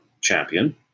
champion